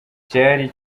cyari